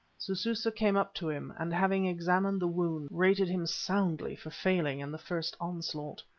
sususa came up to him, and, having examined the wound, rated him soundly for failing in the first onslaught.